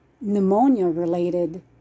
pneumonia-related